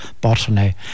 botany